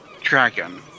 Dragon